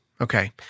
Okay